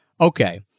okay